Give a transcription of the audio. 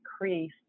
decrease